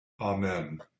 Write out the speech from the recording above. Amen